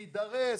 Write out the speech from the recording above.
להידרס,